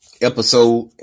episode